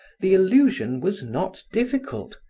the illusion was not difficult,